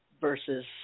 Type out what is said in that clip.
versus